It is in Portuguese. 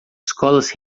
escolas